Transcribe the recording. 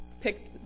picked